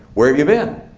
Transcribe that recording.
where have you been?